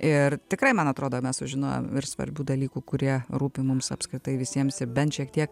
ir tikrai man atrodo mes sužinojom ir svarbių dalykų kurie rūpi mums apskritai visiems ir bent šiek tiek